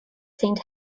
saint